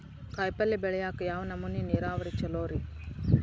ಕಾಯಿಪಲ್ಯ ಬೆಳಿಯಾಕ ಯಾವ ನಮೂನಿ ನೇರಾವರಿ ಛಲೋ ರಿ?